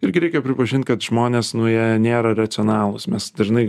irgi reikia pripažint kad žmonės nu jie nėra racionalūs mes dažnai